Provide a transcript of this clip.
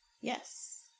Yes